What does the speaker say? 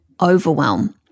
overwhelm